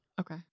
Okay